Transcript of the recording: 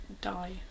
die